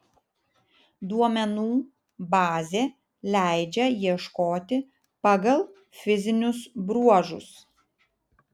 duomenų bazė leidžia ieškoti pagal fizinius bruožus